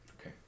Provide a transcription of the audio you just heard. Okay